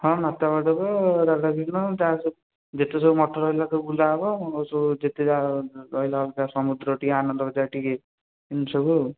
ହଁ ନଟ ମାଧବ ରାଧା ଶ୍ୟାମ ଯାହା ସବୁ ଯେତେ ସବୁ ମଠ ରହିଲା ସବୁ ବୁଲା ହବ ଆଉ ସବୁ ଯେତେ ଯାହା ରହିଲା ଅଲଗା ସମୁଦ୍ର ଟିକେ ଆନନ୍ଦ ବଜାର ଟିକେ ଏମିତି ସବୁ ଆଉ